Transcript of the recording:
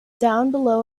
below